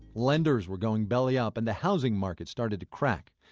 lenders were going belly up and the housing market started to crack.